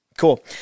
Cool